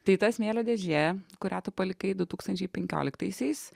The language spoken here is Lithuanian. tai ta smėlio dėžė kurią tu palikai du tūkstančiai penkioliktaisiais